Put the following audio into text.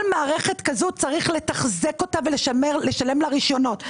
מערכת כזאת צריך לתחזק ולשלם לה רישיונות.